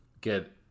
get